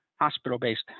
hospital-based